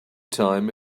time